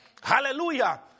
hallelujah